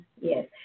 yes